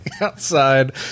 outside